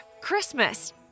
Christmas